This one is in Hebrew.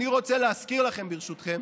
אני רוצה להזכיר לכם, ברשותכם,